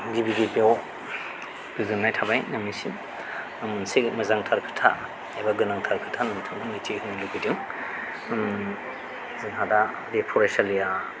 गिबि गिबियाव गोजोननाय थाबाय नोंनिसिम आं मोनसे मोजांथार खोथा एबा गोनांथार खोथा नोंथांमोननो मिथिहोनो लुबैदों जोंहा दा बे फरायसालिया